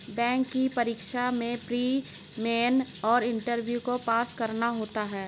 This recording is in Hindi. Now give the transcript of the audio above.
बैंक की परीक्षा में प्री, मेन और इंटरव्यू को पास करना होता है